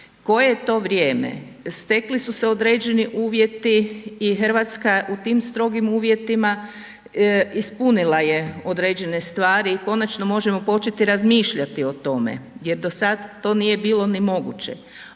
koje to vrijeme, stekli su se određeni uvjeti i Hrvatska u tim strogim uvjetima ispunila je određene stvari i konačno možemo početi razmišljati o tome jer do sada to nije bilo ni moguće,